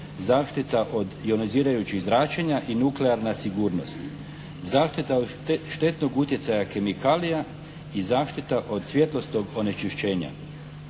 zaštita od ionizirajućih zračenja i nuklearna sigurnost, Zaštita od štetnog utjecaja kemikalija i zaštita od svjetlosnog onečišćenja.